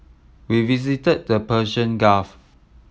we visited the Persian Gulf